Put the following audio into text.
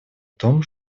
том